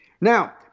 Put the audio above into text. Now